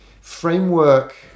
framework